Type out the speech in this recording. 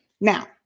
now